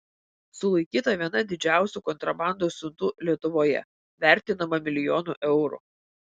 sulaikyta viena didžiausių kontrabandos siuntų lietuvoje vertinama milijonu eurų